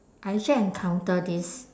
I actually encounter this